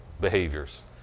behaviors